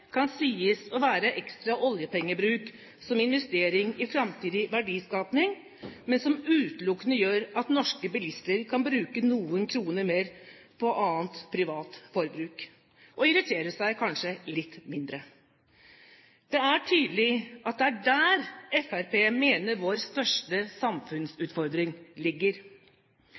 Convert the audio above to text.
kan sies å være ekstra oljepengebruk som investering i framtidig verdiskaping, men som utelukkende gjør at norske bilister kan bruke noen kroner mer på annet privat forbruk – og irritere seg kanskje litt mindre. Det er tydelig at det er der Fremskrittspartiet mener vår største samfunnsutfordring ligger.